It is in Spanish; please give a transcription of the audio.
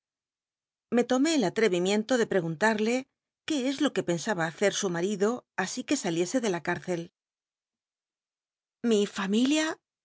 me tomé el atrevimiento de preguntarle qué es lo que pensaba hace su marido así que saliese de la cárcel ili familia